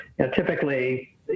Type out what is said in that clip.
typically